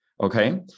okay